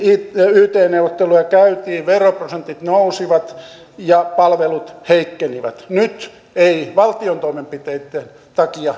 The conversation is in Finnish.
yt neuvotteluja käytiin veroprosentit nousivat ja palvelut heikkenivät nyt ei valtion toimenpiteitten takia